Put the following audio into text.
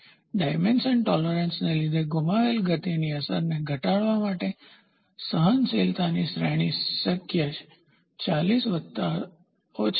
dimensional ટોલેરન્સપરિમાણીય સહિષ્ણુતાને લીધે ગુમાવેલ ગતિની અસરને ઘટાડવા માટે સહનશીલતાની શ્રેણી શક્ય 40 વત્તા અથવા ઓછા 0